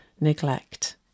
neglect